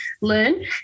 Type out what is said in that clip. learn